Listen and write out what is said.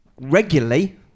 regularly